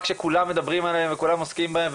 כשכולם מדברים עליהם וכולם עוסקים בהם.